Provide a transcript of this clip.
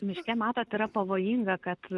miške matot yra pavojinga kad